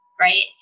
right